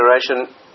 generation